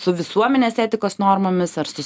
su visuomenės etikos normomis ar su